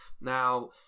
Now